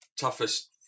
toughest